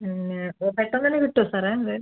പിന്ന പെട്ടെന്നുതന്നെ കിട്ടുവോ സാറേ ഇത്